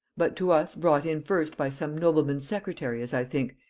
but to us brought in first by some noblemen's secretary, as i think,